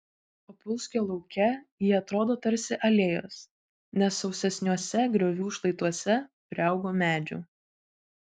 opulskio lauke jie atrodo tarsi alėjos nes sausesniuose griovių šlaituose priaugo medžių